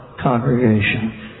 congregation